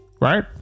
right